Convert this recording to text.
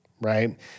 right